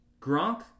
Gronk